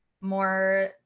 more